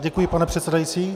Děkuji, pane předsedající.